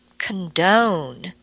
condone